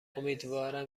امیدوارم